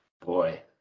Boy